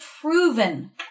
proven